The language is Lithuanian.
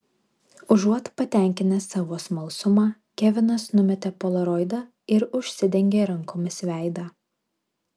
užuot patenkinęs savo smalsumą kevinas numetė polaroidą ir užsidengė rankomis veidą